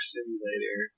Simulator